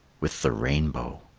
with the rainbow,